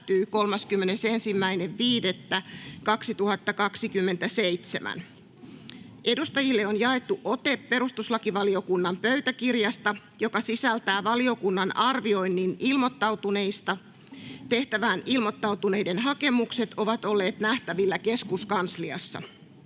31.5.2027. Edustajille on jaettu ote perustuslakivaliokunnan pöytäkirjasta, joka sisältää valiokunnan arvioinnin ilmoittautuneista. Tehtävään ilmoittautuneiden hakemukset ovat olleet nähtävillä keskuskansliassa.